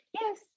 Yes